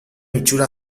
itxura